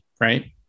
right